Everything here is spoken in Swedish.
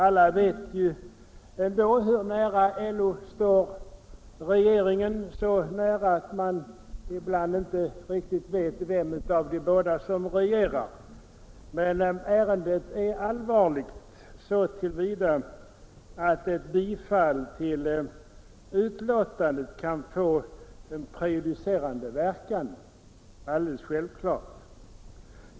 Alla vet ju ändå hur nära LO står regeringen, så nära att man ibland inte riktigt vet vem av de båda som regerar. Men ärendet är allvarligt så till vida att ett gillande av utskottsmajoritetens skrivning självfallet får prejudicerande verkan.